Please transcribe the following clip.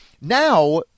Now